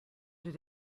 did